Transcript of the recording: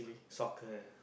soccer